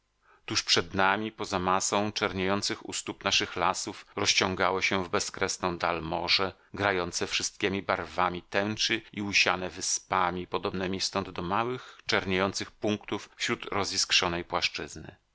tuż przed nami poza masą czerniejących u stóp naszych lasów rozciągało się w bezkresną dal morze grające wszystkiemi barwami tęczy i usiane wyspami podobnemi stąd do małych czerniejących punktów wśród roziskrzonej